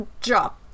job